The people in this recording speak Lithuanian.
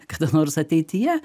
kada nors ateityje